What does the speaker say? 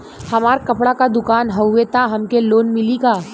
हमार कपड़ा क दुकान हउवे त हमके लोन मिली का?